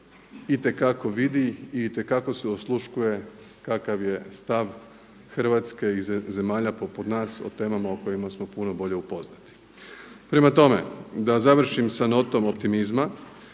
itekako vidi i itekako se osluškuje kakav je stav Hrvatske i zemalja poput nas o temama o kojima smo puno bolje upoznati. Prema tome, da završim sa notom optimizma,